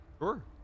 Sure